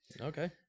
okay